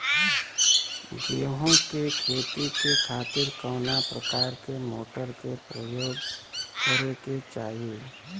गेहूँ के खेती के खातिर कवना प्रकार के मोटर के प्रयोग करे के चाही?